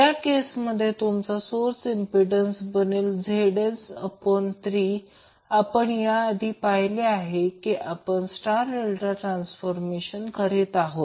या केसमध्ये तुमचा सोर्स इंम्प्पिडन्स बनेल ZS3 आपण याआधी पाहिले की आपण स्टार डेल्टा ट्रान्सफॉर्मेशन करीत आहोत